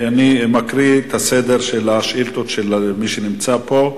אני מקריא את סדר השאילתות של מי שנמצא פה.